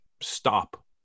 stop